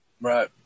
Right